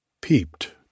peeped